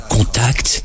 Contact